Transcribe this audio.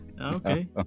Okay